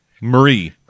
Marie